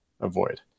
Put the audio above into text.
avoid